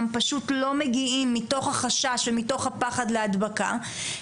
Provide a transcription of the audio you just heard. פשוט לא מגיעים מתוך החשש והפחד להדבקה,